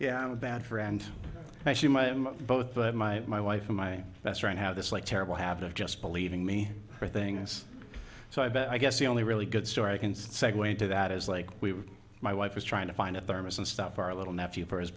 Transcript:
yeah i'm a bad friend actually my both my my wife and my best friend how this like terrible habit of just believing me for things so i bet i guess the only really good story i can segue into that is like we my wife is trying to find a thermos and stuff our little nephew for his